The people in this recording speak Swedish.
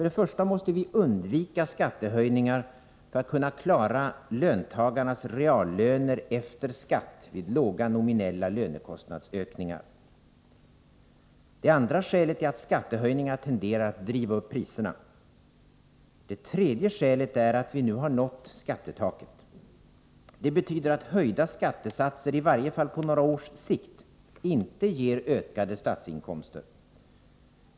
Det första skälet är att vi måste undvika skattehöjningar för att kunna klara löntagarnas reallöner efter skatt vid låga nominella lönekostnadsökningar. Det andra skälet är att skattehöjningar tenderar att driva upp priserna. Det tredje skälet är att vi nu har nått skattetaket. Det betyder att höjda skattesatser, i varje fall på några års sikt, inte ger ökade statsinkomster.